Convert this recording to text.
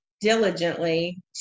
diligently